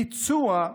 ביצוע,